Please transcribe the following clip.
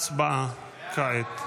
הצבעה כעת.